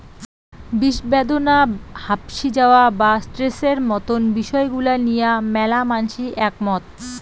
বিষব্যাদনা, হাপশি যাওয়া বা স্ট্রেসের মতন বিষয় গুলা নিয়া ম্যালা মানষি একমত